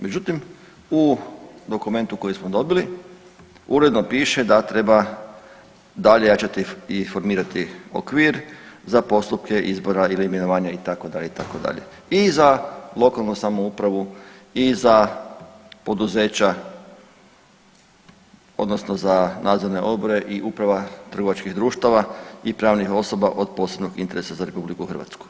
Međutim, u dokumentu koji smo dobili uredno piše da treba dalje jačati i informirati okvir za postupke izbora ili imenovanja itd., itd. i za lokalnu samoupravu i za poduzeća odnosno za nadzorne odbore i uprava trgovačkih društva i pravnih osoba od posebnog interesa za RH.